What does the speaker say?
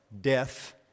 death